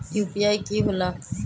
UPI कि होला?